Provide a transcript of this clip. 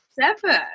seven